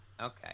Okay